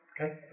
Okay